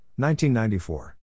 1994